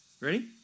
ready